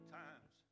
times